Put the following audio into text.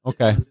Okay